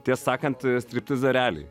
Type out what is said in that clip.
tiesą sakant striptizo ereliai